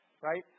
right